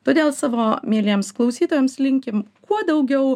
todėl savo mieliems klausytojams linkim kuo daugiau